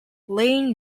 lane